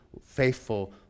faithful